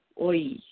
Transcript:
Oi